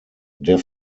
der